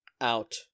out